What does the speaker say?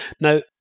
Now